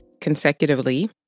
consecutively